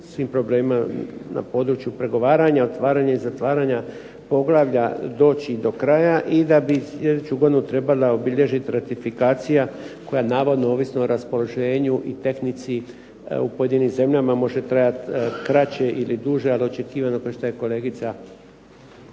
svim problemima na području pregovaranja, otvaranja i zatvaranja poglavlja, doći do kraja i da bi sljedeću godinu trebala obilježit ratifikacija koja navodno ovisno o raspoloženju i tehnici u pojedinim zemljama može trajat kraće ili duže od očekivanog, ono što je kolegica